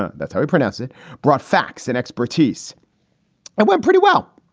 ah that's how you pronounce it brought facts and expertise and went pretty well.